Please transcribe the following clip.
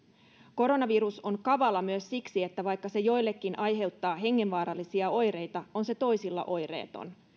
koronavirus on kavala myös siksi että vaikka se joillekin aiheuttaa hengenvaarallisia oireita on se toisilla oireeton